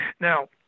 Now